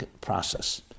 process